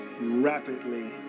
rapidly